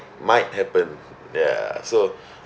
might happen ya so